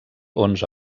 onze